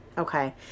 Okay